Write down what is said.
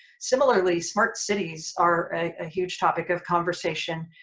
similarly smart cities are a huge topic of conversation.